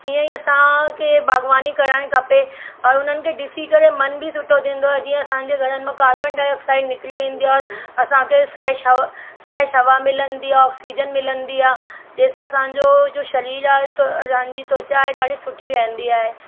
इहे असांखे बाग़बानी करणु खपे ऐं उन्हनि खे ॾिसी करे मन बि सुठो थींदो आहे जीअं असांजे घरनि मां कार्बनडाईऑक्साइड निकिरी वेंदी आहे असांखे फ्रेश हवा फ्रेश हवा मिलंदी आहे ऑक्सीजन मिलंदी आहे जंहिंसां असांजो जो शरीर आहे त असांजी त्वचा आहे ॾाढी सुठी रहंदी आहे